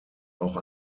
auch